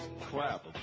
crap